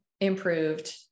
improved